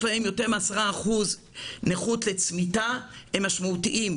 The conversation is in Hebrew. להם יותר מ-10% נכות לצמיתה הם משמעותיים,